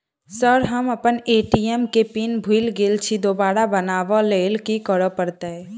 Sir हम अप्पन ATM केँ पिन भूल गेल छी दोबारा बनाब लैल की करऽ परतै?